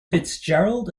fitzgerald